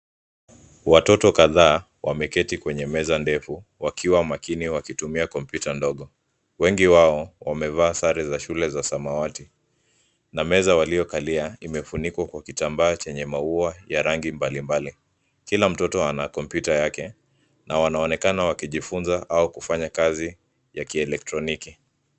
Watoto kadhaa wameketi kwenye meza ndefu, wakiwa makini wakitumia kompyuta ndogo. Wengi wao wamevaa sare za shule za samawati na meza waliokalia imefunikwa kwa kitambaa chenye maua ya rangi mbalimbali. Kila mtoto ana kompyuta yake na wanaonekana wakijifunza au kufanya kazi ya kielektroniki.